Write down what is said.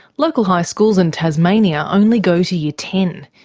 local high schools in tasmania only go to year ten.